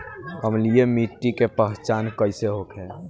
अम्लीय मिट्टी के पहचान कइसे होखे?